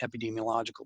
epidemiological